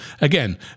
Again